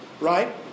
right